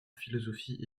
philosophie